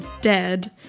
dead